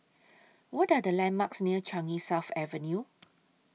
What Are The landmarks near Changi South Avenue